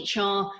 HR